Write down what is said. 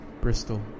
Bristol